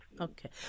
Okay